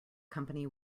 company